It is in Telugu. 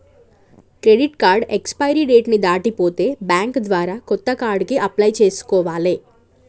క్రెడిట్ కార్డు ఎక్స్పైరీ డేట్ ని దాటిపోతే బ్యేంకు ద్వారా కొత్త కార్డుకి అప్లై చేసుకోవాలే